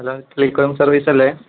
hello telecom service അല്ലേ